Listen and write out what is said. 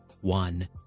one